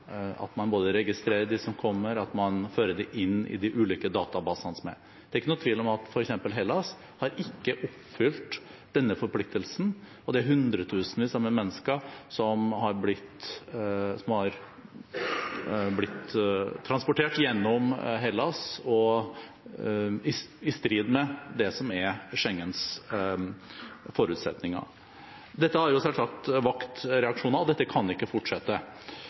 at man både registrerer de som kommer og fører det inn i de ulike databasene som finnes. Det er ikke noen tvil om at f.eks. Hellas ikke har oppfylt denne forpliktelsen, og det er hundretusenvis av mennesker som har blitt transportert gjennom Hellas, i strid med det som er Schengens forutsetninger. Dette har selvsagt vakt reaksjoner, og dette kan ikke fortsette.